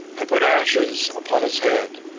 and put ashes upon his head,